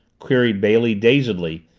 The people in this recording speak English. queried bailey dazedly,